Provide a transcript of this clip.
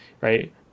right